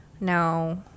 Now